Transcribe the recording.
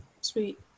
sweet